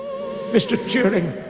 mr turing,